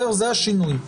זה השינוי.